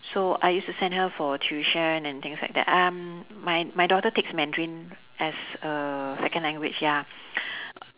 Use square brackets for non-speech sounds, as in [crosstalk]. so I used to send her for tuition and things like that um my my daughter takes mandarin as a second language ya [breath]